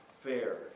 fair